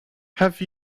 have